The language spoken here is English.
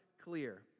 clear